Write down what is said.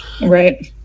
Right